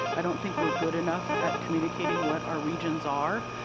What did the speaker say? i don't think we're good enough at communicating what our regions are.